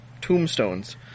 tombstones